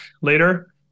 later